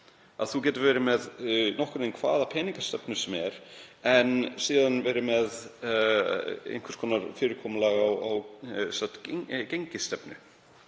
er hægt að vera með nokkurn veginn hvaða peningastefnu sem er og síðan vera með einhvers konar fyrirkomulag á gengisstefnu